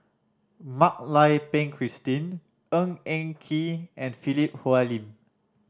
Mak Lai Peng Christine Ng Eng Kee and Philip Hoalim